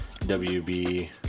WB